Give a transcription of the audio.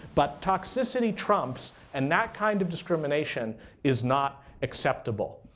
but toxicity trumps, and that kind of discrimination is not acceptable.